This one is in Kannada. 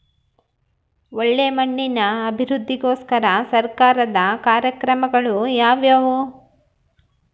ಒಳ್ಳೆ ಮಣ್ಣಿನ ಅಭಿವೃದ್ಧಿಗೋಸ್ಕರ ಸರ್ಕಾರದ ಕಾರ್ಯಕ್ರಮಗಳು ಯಾವುವು?